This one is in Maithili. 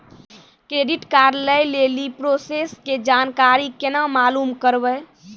क्रेडिट कार्ड लय लेली प्रोसेस के जानकारी केना मालूम करबै?